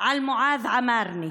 על מועאז עמארנה.